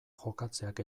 jokatzeak